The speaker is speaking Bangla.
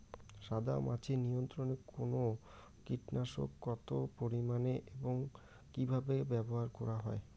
সাদামাছি নিয়ন্ত্রণে কোন কীটনাশক কত পরিমাণে এবং কীভাবে ব্যবহার করা হয়?